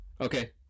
Okay